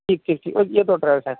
ठीक ठीक ठीक येतो ड्रायव्हर साहेब